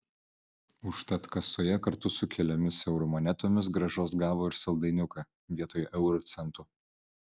užtat kasoje kartu su keliomis eurų monetomis grąžos gavo ir saldainiuką vietoj euro cento